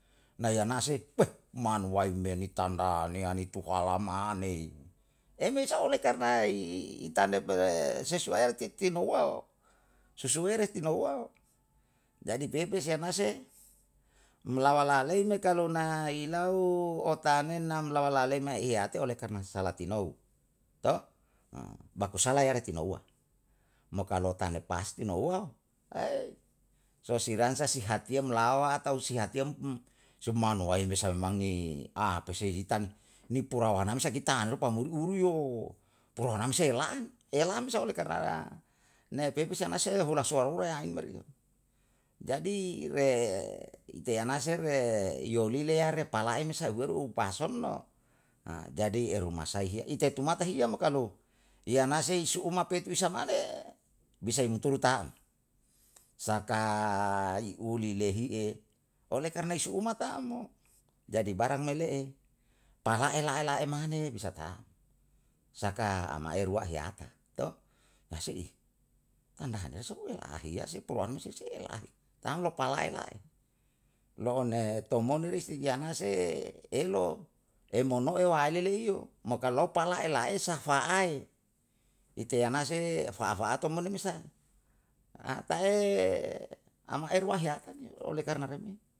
Na yanase manuwai me ni tanda neyantu halama anei remesa oleh karna pe le sesuai titinouwao, susuwere nitinouwao, jadi pepesi anase lawa alei me kalu ilau otane nam lawalalei mae iyate oleh karna salah titinou to? Baku salah yare tinouwa, mo kalo tane pasti nouwao? Ae sosiran sa si hatiye umlawa atau si hatiye um su manuwai salmani apesehitan, ni purawanmsa kitaanuri pamuri uru yo, punawansa elaam, elaam oleh karna naya pepesi se anase hula soahure aim meri yo. Jadi re ite anase re iyolile hare palae sahuweru upason no jadi rusai hiya itu tumata hiya mo kalu yanase suumapetu ias mane, bisa imturu taam, saka i uli lehe oleh karna isu amat tam mo. Jadi barang me le'e, palae lae mane bisa tam, saka ama'erua heyata, to? Masai tanda handale sou hela haiya epurwanose tam lo palae lae, lo'one tomon resi yanase, elo, emono waelel laiyo, mo kalu lau pala le laesa, faae, ite yanae fa'a fa'ato mo ne mesa, tae amahe rua heatan yo oleh karna re me